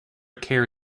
care